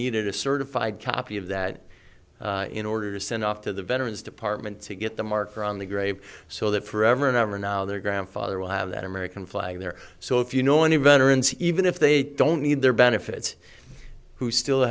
needed a certified copy of that in order to send off to the veterans department to get the marker on the grave so that forever and ever now their grandfather will have that american flag there so if you know any veteran even if they don't need their benefits who still